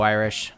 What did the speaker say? Irish